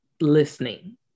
listening